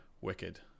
Wicked